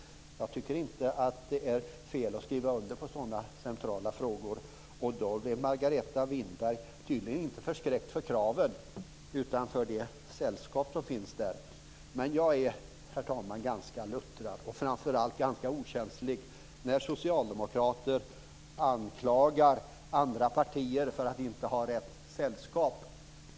Jag tycker inte att det är fel att skriva under på sådana centrala frågor. Margareta Winberg är tydligen inte förskräckt över kraven utan över sällskapet. Men jag är, herr talman, ganska luttrad och framför allt ganska okänslig när socialdemokrater anklagar andra partier för att inte ha rätt sällskap.